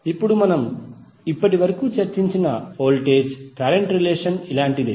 ఇప్పుడు మనం ఇప్పటివరకు చర్చించిన వోల్టేజ్ కరెంట్ రిలేషన్ ఇలాంటిదే